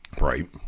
Right